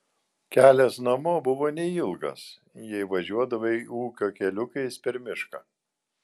kelias namo buvo neilgas jei važiuodavai ūkio keliukais per mišką